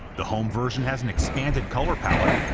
the home version has an expanded color palette,